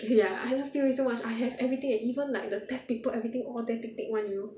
ya I love P_O_A so much I have everything leh even like the test paper everything all there thick thick [one] you know